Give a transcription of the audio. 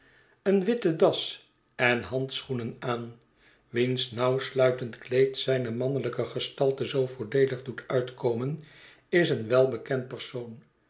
eene witte das en handschoenen aan wiens nauwsluitend kleed zijne mannelijke gestalte zoo voordeelig doet uitkomen is een welbekend persoon